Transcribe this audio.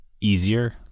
easier